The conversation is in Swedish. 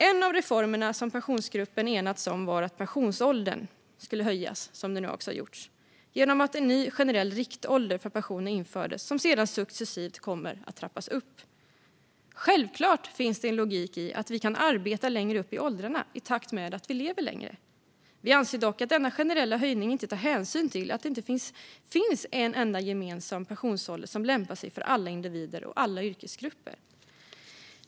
En av reformerna som Pensionsgruppen enats om var att pensionsåldern skulle höjas. Det har man nu också gjort genom att införa en ny, generell riktålder för pension som successivt kommer att trappas upp. Självklart finns det en logik i att vi kan arbeta längre upp i åldrarna i takt med att vi lever längre. Vi anser dock att denna generella höjning inte tar hänsyn till att det inte finns en enda gemensam pensionsålder som lämpar sig för alla individer och alla yrkesgrupper.